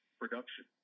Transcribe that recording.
production